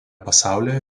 pasaulyje